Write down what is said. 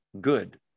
good